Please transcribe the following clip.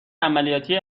عملیاتی